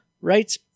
writes